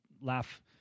laugh